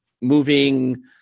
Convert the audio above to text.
moving